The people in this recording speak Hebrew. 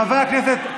חברי הכנסת,